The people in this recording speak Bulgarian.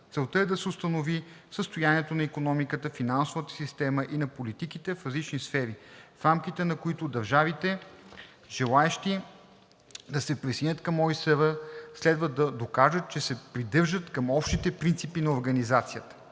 Целта е да се установи състоянието на икономиката, финансовата система и на политиките в различните сфери, в рамките на които държавите, желаещи да се присъединят към ОИСР, следва да докажат, че се придържат към общите принципи на Организацията.